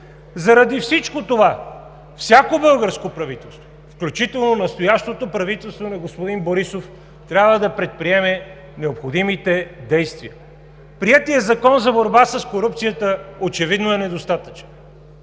Заради всичко това всяко българско правителство, включително настоящото правителство на господин Борисов, трябва да предприеме необходимите действия. Приетият Закон за борба с корупцията очевидно е недостатъчен.